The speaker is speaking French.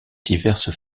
diverses